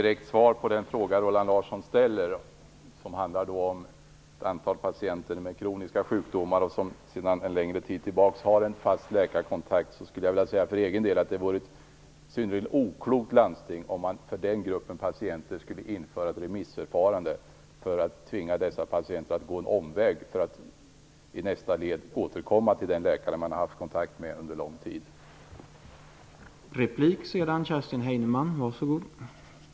Som ett direkt svar på den fråga som Roland Larsson ställde om ett antal patienter med kroniska sjukdomar som sedan en längre tid tillbaka har en fast läkarkontakt vill jag säga att det vore ett synnerligen oklokt landsting om man för den gruppen patienter skulle införa ett remissförfarande som skulle tvinga dem att gå en omväg för att kunna återkomma till den läkare som de under lång tid har haft kontakt med.